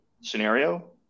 scenario